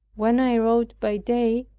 when i wrote by day,